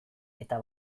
eta